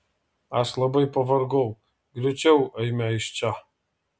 aš labai pavargau greičiau eime iš čia